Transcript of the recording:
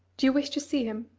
do you wish to see him?